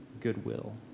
goodwill